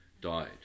died